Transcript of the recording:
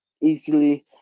easily